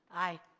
aye.